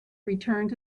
returned